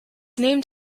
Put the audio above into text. named